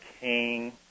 King